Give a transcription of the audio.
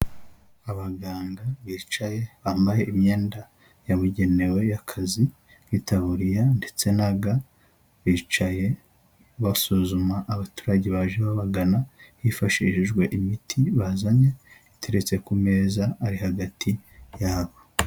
Abaganga bicaye, bambaye imyenda yabugenewe y'akazi nk'itaburiya ndetse na ga, bicaye basuzuma abaturage baje babagana, hifashishijwe imiti bazanye iteretse ku meza ari hagati yabo.